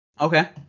Okay